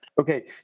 Okay